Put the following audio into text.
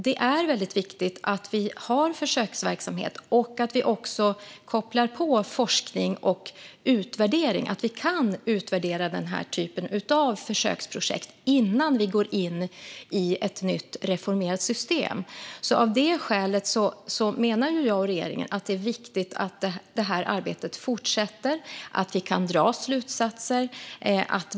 Det är väldigt viktigt att vi har försöksverksamhet och att vi också kopplar på forskning och utvärdering, så att vi kan utvärdera den här typen av försöksprojekt innan vi går in i ett nytt, reformerat system. Av det skälet menar jag och regeringen att det är viktigt att det här arbetet fortsätter, så att vi kan dra slutsatser.